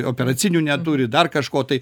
operacinių neturi dar kažko tai